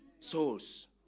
Souls